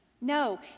No